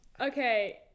okay